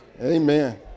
amen